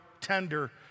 tender